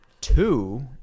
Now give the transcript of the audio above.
two